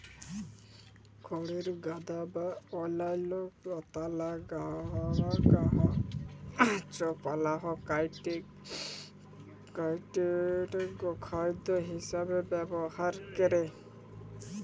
খড়ের গাদা বা অইল্যাল্য লতালা গাহাচপালহা কাইটে গখাইদ্য হিঁসাবে ব্যাভার ক্যরে